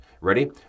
Ready